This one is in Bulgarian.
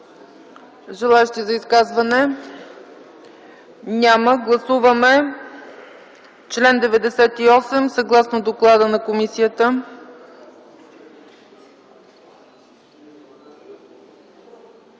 Желаещи за изказвания? Няма. Гласуваме чл. 98 съгласно доклада на комисията.